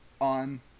on